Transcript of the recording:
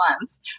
months